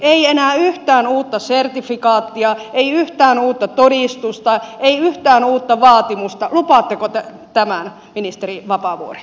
ei enää yhtään uutta sertifikaattia ei yhtään uutta todistusta ei yhtään uutta vaatimusta lupaatteko te tämän ministeri vapaavuori